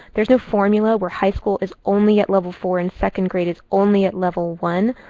there's no formula where high school is only at level four and second grade is only at level one.